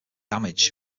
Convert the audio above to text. damage